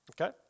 Okay